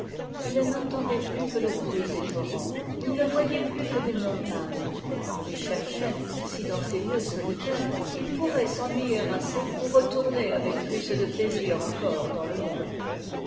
ils n'entendaient plus que le bruit des torrents ils ne voyaient plus que des montagnes et cherchaient si dans ces lieux solitaires ils pourraient s'ennuyer assez pour retourner avec plus de plaisir encore dans le monde